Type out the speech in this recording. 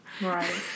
Right